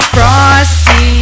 Frosty